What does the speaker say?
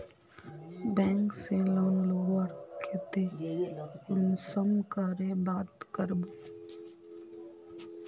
Bank से loan लुबार केते कुंसम करे बात करबो?